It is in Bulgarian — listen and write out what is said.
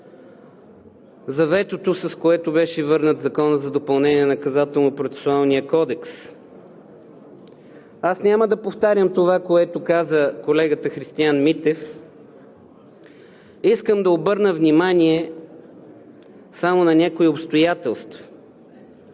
за ветото, с което беше върнат Законът за допълнение на Наказателно-процесуалния кодекс. Няма да повтарям това, което каза колегата Христиан Митев. Искам да обърна внимание само на някои обстоятелства.